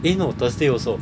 eh no thursday also